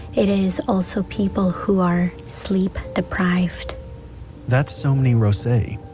it is also people who are sleep-deprived that's somni rosae,